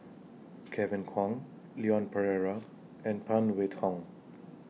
Kevin Kwan Leon Perera and Phan Wait Hong